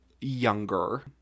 younger